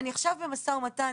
אני עכשיו במשא ומתן,